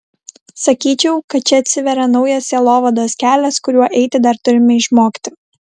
sakyčiau kad čia atsiveria naujas sielovados kelias kuriuo eiti dar turime išmokti